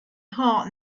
heart